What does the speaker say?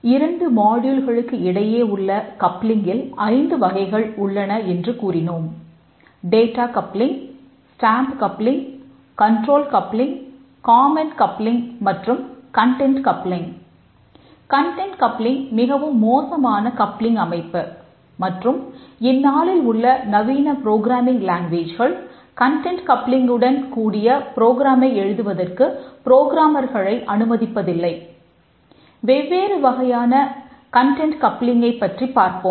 இரண்டு மாடியூல்களுக்கு வகைகளைப் பற்றி பார்ப்போம்